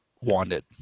wanted